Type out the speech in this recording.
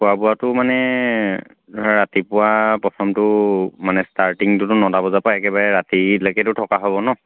খোৱা বোৱাটো মানে ধৰা ৰাতিপুৱা প্ৰথমটো মানে ষ্টাৰ্টিংটোতো নটা বজাৰপৰা একেবাৰে ৰাতিলৈকেতো থকা হ'ব ন